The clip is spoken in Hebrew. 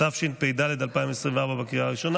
אדוני היו"ר.